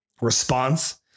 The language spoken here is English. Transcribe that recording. response